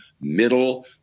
middle